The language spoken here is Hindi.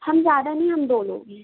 हम ज़्यादा नहीं हम दो लोग हैं